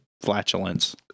flatulence